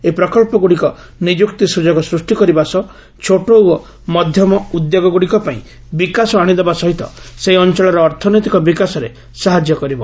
ଏହି ପ୍ରକଳ୍ପଗୁଡ଼ିକ ନିଯୁକ୍ତି ସୁଯୋଗ ସୃଷ୍ଟି କରିବା ସହ ଛୋଟ ଓ ମଧ୍ୟମ ଉଦ୍ୟୋଗଗୁଡ଼ିକ ପାଇଁ ବିକାଶ ଆଣିଦେବା ସହିତ ସେହି ଅଞ୍ଚଳର ଅର୍ଥନୈତିକ ବିକାଶରେ ସାହାଯ୍ୟ କରିବ